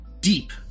deep